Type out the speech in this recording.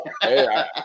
Hey